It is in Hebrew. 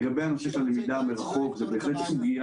לגבי סוגיית הלמידה מרחוק זו בהחלט סוגיה